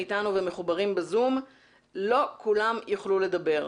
איתנו ומחוברים בזום אבל לא כולם יוכלו לדבר.